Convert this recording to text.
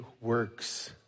works